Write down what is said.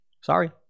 sorry